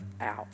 out